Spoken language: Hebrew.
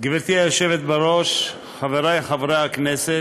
גברתי היושבת בראש, חברי חברי הכנסת,